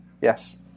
yes